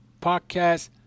podcast